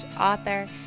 author